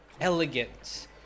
elegant